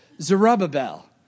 Zerubbabel